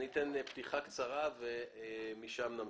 אני אתן פתיחה קצרה ומשם נמשיך.